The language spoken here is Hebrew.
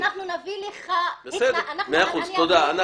אנחנו נביא לך מקרים ואתה תראה.